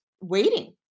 waiting